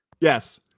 yes